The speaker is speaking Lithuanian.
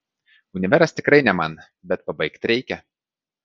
univeras tikrai ne man bet pabaigt reikia